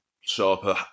sharper